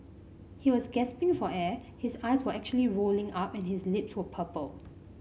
he was gasping for air his eyes were actually rolling up and his lips were purple